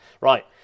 Right